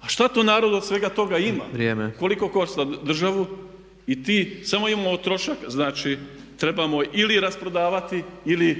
A što to narod od svega toga ima? Koliko to košta državu? Samo imamo trošak. Znači, trebamo ili rasprodavati ili